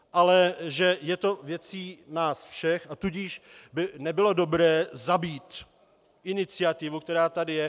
Ale že je to věcí nás všech, a tudíž by nebylo dobré zabít iniciativu, která tady je.